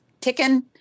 ticking